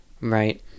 right